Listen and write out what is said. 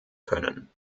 können